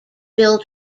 built